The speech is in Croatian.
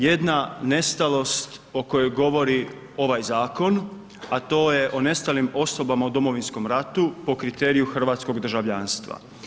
Jedna nestalost o kojoj govori ovaj zakon, a to je o nestalim osobama u Domovinskom ratu po kriteriju hrvatskog državljanstva.